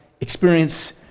experience